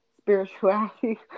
spirituality